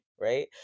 right